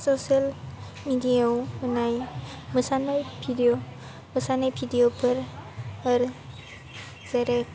social मेडियायाव होनाय मोसानाय भिडिअ मोसानाय भिडिअफोर जेरै